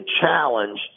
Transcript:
challenge